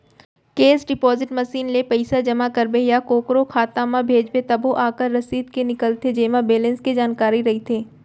cash deposit machine ले पइसा जमा करबे या कोकरो खाता म भेजबे तभो ओकर रसीद निकलथे जेमा बेलेंस के जानकारी रइथे